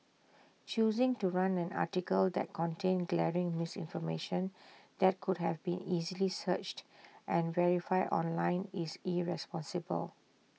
choosing to run an article that contained glaring misinformation that could have been easily searched and verified online is irresponsible